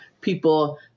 people